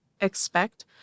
expect